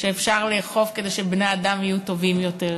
שאפשר לאכוף כדי שבני-האדם יהיו טובים יותר,